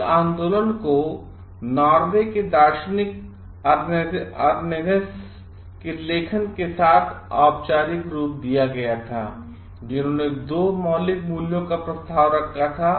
इस आंदोलन को नार्वे के दार्शनिक अर्नेनेसके लेखन के साथ औपचारिक रूप दिया गया थाजिन्होंने दो मौलिक मूल्यों का प्रस्ताव रखा था